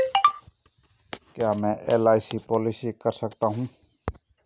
क्या मैं LIC policy कर सकता हूं?